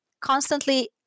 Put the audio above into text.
constantly